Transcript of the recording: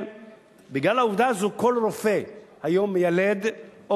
בגלל העובדה הזאת היום כל רופא מיילד או